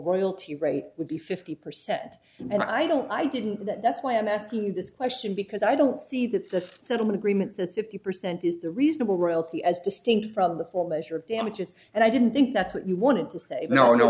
royalty rate would be fifty percent and i don't i didn't that's why i'm asking you this question because i don't see that the settlement agreement says fifty percent is the reasonable royalty as distinct from the full measure of damages and i didn't think that's what you wanted to say no no